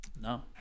No